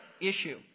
issue